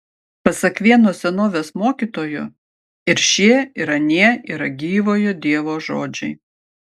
pasak vieno senovės mokytojo ir šie ir anie yra gyvojo dievo žodžiai